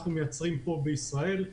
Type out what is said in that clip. אנחנו מייצרים כאן בישראל,